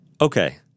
Okay